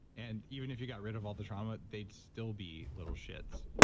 and even if you got rid of all the trauma, they'd still be little shits.